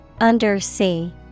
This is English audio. Undersea